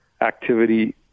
activity